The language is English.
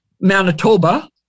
Manitoba